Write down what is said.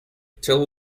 till